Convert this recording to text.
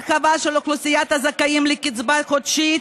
הרחבה של אוכלוסיית הזכאים לקצבה חודשית